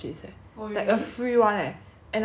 like a free one leh and I bought it